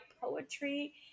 poetry